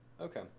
okay